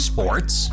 Sports